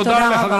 תודה רבה.